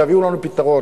תביאו לנו פתרון.